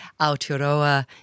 Aotearoa